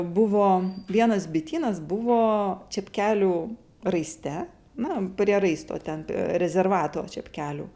buvo vienas bitynas buvo čepkelių raiste na prie raisto ten rezervato čepkelių